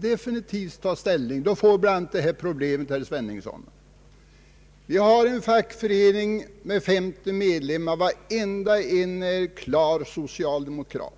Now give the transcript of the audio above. definitiv ställning, får vi bl.a. följande problem. Vi har en fackförening med 50 medlemmar, och varenda en är klar socialdemokrat.